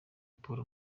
paul